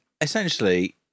essentially